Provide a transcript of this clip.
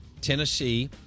Tennessee